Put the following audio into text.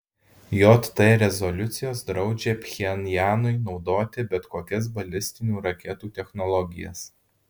jt rezoliucijos draudžia pchenjanui naudoti bet kokias balistinių raketų technologijas